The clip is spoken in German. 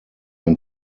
ein